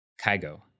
Kygo